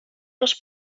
les